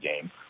game